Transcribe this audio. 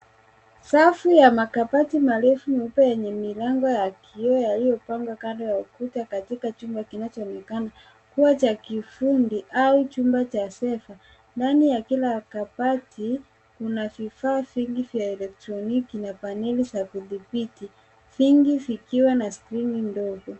Safu ya makabati marefu meupe enye mlango ya kioo yaliopangwa kando ya ukuta katika chumba kinachoonekana kuwa cha kifundi au chumba cha sefa , ndani ya kila kabati kuna vifaa vingi vya eletroniki na faneli za kutibiti, vingi vikiwa na skrini ndogo.